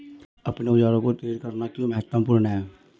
अपने औजारों को तेज करना क्यों महत्वपूर्ण है?